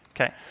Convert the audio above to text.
Okay